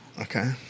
Okay